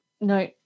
no